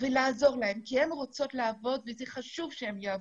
ולעזור להן כי הן רוצות לעבוד וחשוב שהן יעבדו.